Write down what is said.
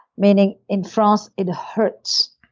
meaning, in france, it hurts.